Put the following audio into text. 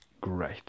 Great